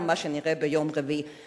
גם מה שנראה ביום רביעי.